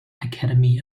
academy